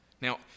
Now